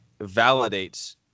validates